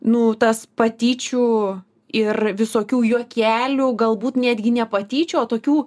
nu tas patyčių ir visokių juokelių galbūt netgi ne patyčių o tokių